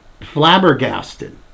flabbergasted